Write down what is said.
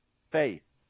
faith